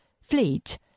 Fleet